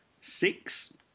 six